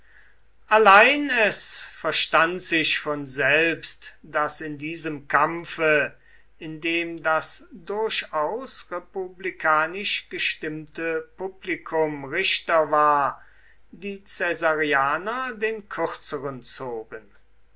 allein es verstand sich von selbst daß in diesem kampfe in dem das durchaus republikanisch gestimmte publikum richter war die caesarianer den kürzeren zogen